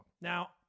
Now